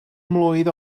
mlwydd